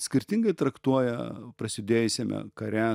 skirtingai traktuoja prasidėjusiame kare